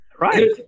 Right